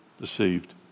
deceived